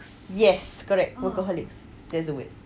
yes correct workaholics that's the word